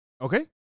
Okay